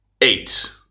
eight